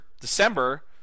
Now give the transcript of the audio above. December